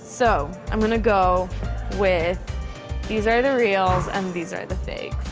so i'm gonna go with these are the reals, and these are the fakes.